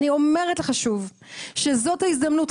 אני אומרת לך שוב שזאת ההזדמנות.